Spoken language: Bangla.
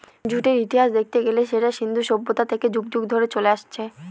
জুটের ইতিহাস দেখতে গেলে সেটা সিন্ধু সভ্যতা থেকে যুগ যুগ ধরে চলে আসছে